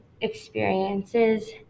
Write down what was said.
experiences